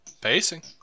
Pacing